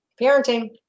Parenting